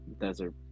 desert